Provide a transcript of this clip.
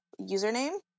username